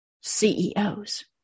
CEOs